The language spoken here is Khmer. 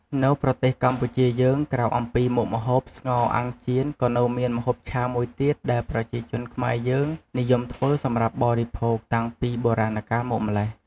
នៅប្រទេសកម្ពុជាយើងក្រៅអំពីមុខម្ហូប ស្ងោរ អាំង ចៀន ក៏នៅមានម្ហូបឆាមួយទៀតដែលប្រជាជនខ្មែរយើងនិយមធ្វើសម្រាប់បរិភោគតាំងពីបុរាណកាលមកម្ល៉េះ។